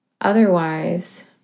Otherwise